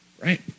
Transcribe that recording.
Right